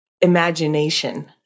imagination